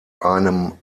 einem